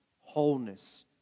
wholeness